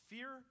Fear